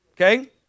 Okay